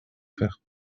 faire